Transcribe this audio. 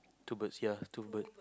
two birds ya two bird